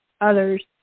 others